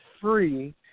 free